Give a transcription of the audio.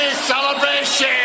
celebration